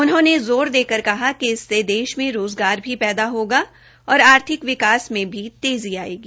उन्होंने ज़ोर देकर कहा कि इससे देश में रोजगार भी पैदा होगा और आर्थिक विकास में भी तेज़ी आयेगी